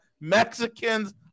Mexicans